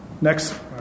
Next